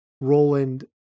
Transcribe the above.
Roland